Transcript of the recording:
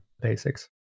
basics